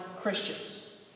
Christians